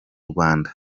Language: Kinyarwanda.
rwanda